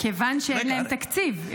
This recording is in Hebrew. כיוון שאין להם תקציב.